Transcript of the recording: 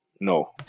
no